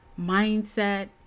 mindset